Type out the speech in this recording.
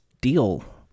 deal